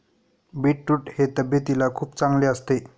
beetroot हे तब्येतीला खूप चांगले असते